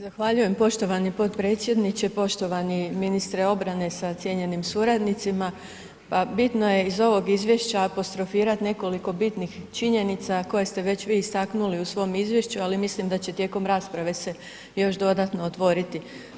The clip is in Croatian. Zahvaljujem poštovani potpredsjedniče, poštovani ministre obrane sa cijenjenim suradnicima, pa bitno je iz ovog izvješća apostrofirat nekoliko bitnih činjenica, a koje ste već vi istaknuli u svom izvješću, ali mislim da će tijekom rasprave se još dodatno otvoriti.